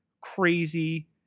crazy